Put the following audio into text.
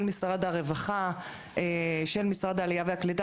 אז שלושת החודשים עומדים להסתיים בקרוב.